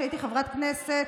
כשהייתי חברת כנסת,